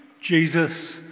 Jesus